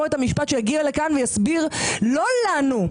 את המשפט שיגיע לכאן ויסביר לא לנו,